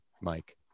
Mike